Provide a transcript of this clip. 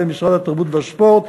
בהם משרד התרבות והספורט,